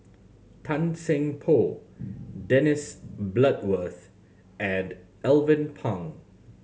Tan Seng Poh Dennis Bloodworth and Alvin Pang